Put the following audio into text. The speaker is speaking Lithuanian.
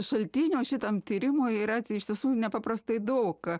šaltinių šitam tyrimui yra iš tiesų nepaprastai daug